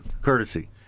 courtesy